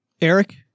Eric